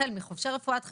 החל מחובשי רפואת חירום,